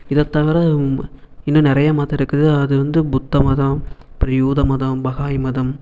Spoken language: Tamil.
இதை தவிர உம்ப் இன்னும் நிறையா மதம் இருக்கு அது வந்து புத்த மதம் அப்புறம் யூத மதம் பஹாய் மதம்